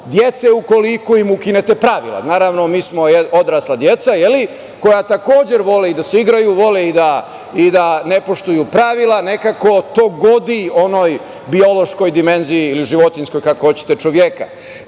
dece ukoliko im ukinete pravila. Naravno, mi smo odrasla deca koja takođe vole i da se igraju, vole i da ne poštuju pravila nekako to godi onoj biološkoj dimenziji ili životinjskoj, kako hoćete, čoveka.